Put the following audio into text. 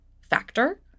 factor